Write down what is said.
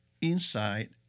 inside